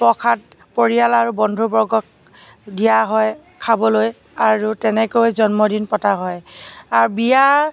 প্ৰসাদ পৰিয়াল আৰু বন্ধুবৰ্গক দিয়া হয় খাবলৈ আৰু তেনেকৈ জন্মদিন পতা হয় আৰু বিয়া